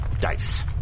dice